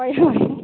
ꯍꯣꯏ ꯍꯣꯏ